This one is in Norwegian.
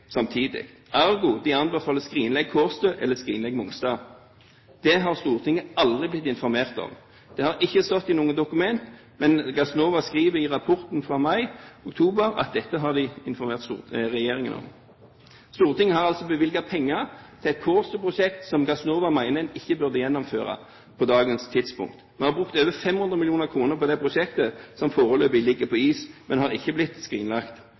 samtidig, ergo anbefaler de å skrinlegge Kårstø eller skrinlegge Mongstad. Det har Stortinget aldri blitt informert om. Det har ikke stått i noe dokument, men Gassnova skriver i rapporten fra oktober at dette har de informert regjeringen om. Stortinget har altså bevilget penger til et Kårstø-prosjekt som Gassnova mener en ikke burde gjennomføre på dette tidspunkt. Vi har brukt over 500 mill. kr på det prosjektet, som foreløpig ligger på is, men som ikke er blitt skrinlagt.